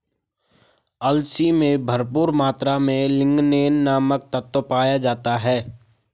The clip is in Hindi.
अलसी में भरपूर मात्रा में लिगनेन नामक तत्व पाया जाता है